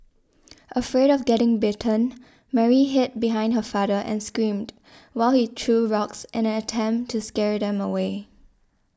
afraid of getting bitten Mary hid behind her father and screamed while he threw rocks in an attempt to scared them away